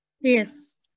Yes